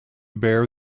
bear